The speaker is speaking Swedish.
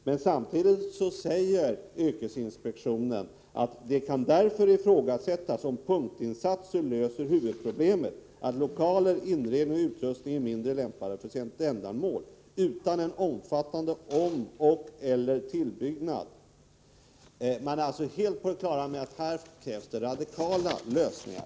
Men samtidigt säger yrkesinspektionen: ”Det kan därför ifrågasättas om punktinsatser löser huvudproblemet — att lokaler, inredning och utrustning är mindre lämpade för sitt ändamål — utan en omfattande omoch/eller tillbyggnad.” Man är alltså helt på det klara med att här krävs det radikala lösningar.